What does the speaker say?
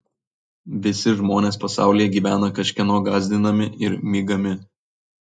visi žmonės pasaulyje gyvena kažkieno gąsdinami ir mygami